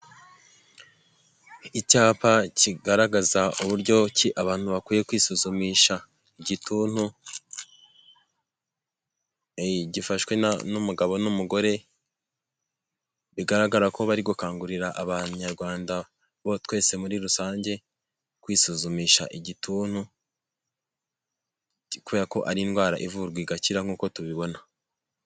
Icyapa kigaragaza uburyo ki abantu bakwiye kwisumisha igituntu, gifashwe n'umugabo n'umugore bigaragara ko bari gukangurira Abanyarwanda twese muri rusange kwisuzumisha igituntu kubera ko ari indwara ivurwa igakira nk'uko tubibona.